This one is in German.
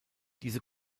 diese